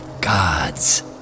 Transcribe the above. gods